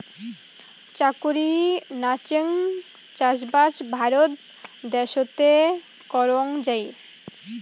চাকুরি নাচেঙ চাষবাস ভারত দ্যাশোতে করাং যাই